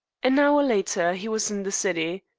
an hour later he was in the city.